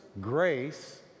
grace